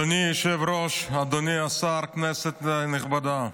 אדוני היושב-ראש, אדוני השר, כנסת נכבדה,